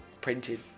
printed